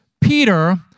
Peter